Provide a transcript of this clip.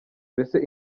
mbese